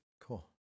cool